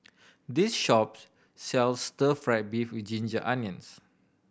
this shop sells Stir Fry beef with ginger onions